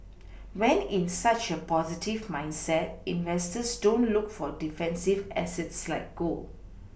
when in such a positive mindset investors don't look for defensive assets like gold